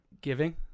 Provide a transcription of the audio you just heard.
giving